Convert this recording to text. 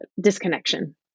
disconnection